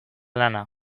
lana